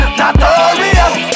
notorious